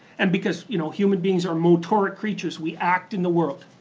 and because you know human beings are motoric creatures, we act in the world.